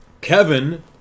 Kevin